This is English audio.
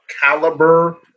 caliber